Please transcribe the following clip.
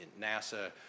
NASA